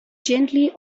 gently